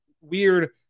weird